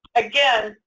again,